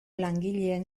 langileen